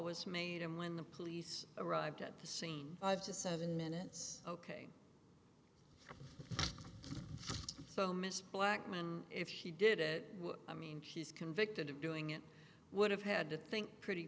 was made and when the police arrived at the scene i've just seven minutes ok so mr blackman if he did it i mean he's convicted of doing it would have had to think pretty